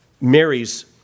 Mary's